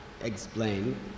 explain